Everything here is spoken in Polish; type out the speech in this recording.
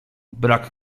brak